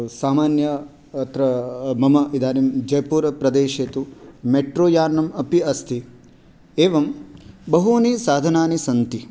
सामान्यम् अत्र मम इदानीं जयपुर प्रदेशे तु मेट्रोयानम् अपि अस्ति एवं बहूनि साधनानि सन्ति